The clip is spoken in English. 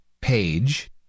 page